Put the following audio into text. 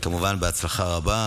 כמובן, בהצלחה רבה.